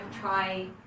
try